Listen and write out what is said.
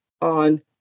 on